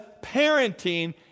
parenting